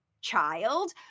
child